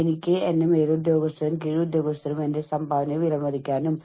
എനിക്ക് സമയപരിധികൾ ഇഷ്ടപ്പെടുകയോ ഇഷ്ടപ്പെടാതിരിക്കുകയോ ചെയ്യാം